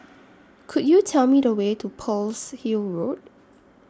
Could YOU Tell Me The Way to Pearl's Hill Road